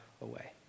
away